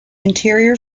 interior